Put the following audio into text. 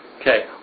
Okay